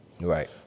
Right